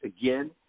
again